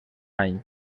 any